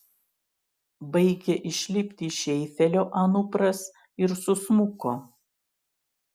baigė išlipti iš eifelio anupras ir susmuko